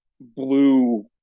blue